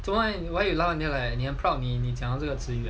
so why why you laugh until 你很 proud 讲到这个词语